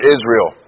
Israel